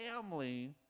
family